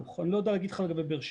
אני לא יודע להגיד לך לגבי באר שבע.